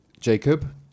Jacob